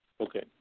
Okay